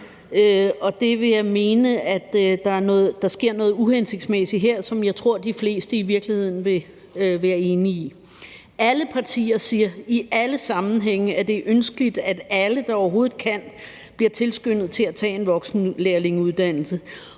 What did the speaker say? Jeg vil mene, at der sker noget uhensigtsmæssigt her, hvilket jeg tror de fleste i virkeligheden vil være enige i. Alle partier siger i alle sammenhænge, at det er ønskeligt, at alle, der overhovedet kan, bliver tilskyndet til at tage en voksenlærlingeuddannelse